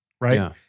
right